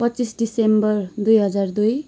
पच्चिस दिसम्बर दुई हजार दुई